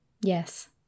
Yes